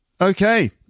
okay